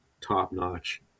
top-notch